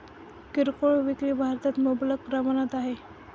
किरकोळ विक्री भारतात मुबलक प्रमाणात आहे